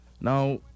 Now